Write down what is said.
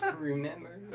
remember